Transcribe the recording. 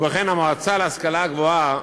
ובכן, המועצה להשכלה גבוהה